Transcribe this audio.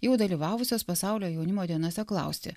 jau dalyvavusios pasaulio jaunimo dienose klausti